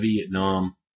Vietnam